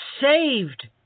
saved